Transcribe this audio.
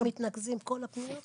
אליי מתנקזים כמעט כל הפניות.